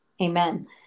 Amen